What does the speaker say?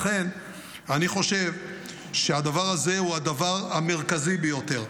לכן אני חושב שהדבר הזה הוא הדבר המרכזי ביותר.